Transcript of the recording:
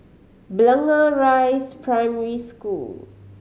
Blangah Rise Primary School